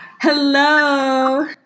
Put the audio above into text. Hello